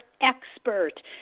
expert